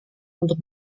untuk